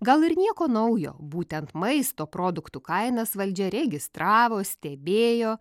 gal ir nieko naujo būtent maisto produktų kainas valdžia registravo stebėjo